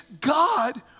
God